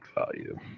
value